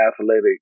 athletic